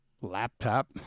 laptop